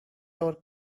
our